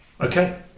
Okay